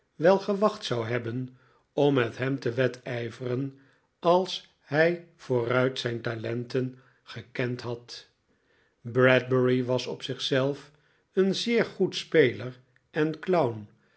wel gewacht zou hebben om met hem te wedijveren alshij vooruit zijne talenten gekend had bradbury was op zich zelf een zeer goed speler en clown